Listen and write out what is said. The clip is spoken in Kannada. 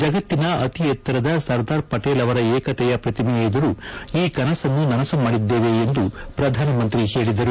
ಜಗತ್ತಿನ ಅತಿ ಎತ್ತರದ ಸರ್ದಾರ್ ಪಟೀಲ್ ಅವರ ಏಕತೆಯ ಪ್ರತಿಮೆ ಎದುರು ಈ ಕನಸನ್ನು ನನಸು ಮಾಡಿದ್ದೇವೆ ಎಂದು ಹೇಳಿದರು